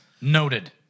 Noted